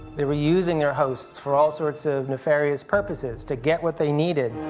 they were using their hosts for all sorts of nefarious purposes to get what they needed.